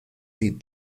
die